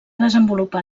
desenvolupar